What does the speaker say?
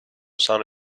sano